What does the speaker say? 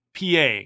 PA